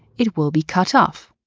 it will be cut off.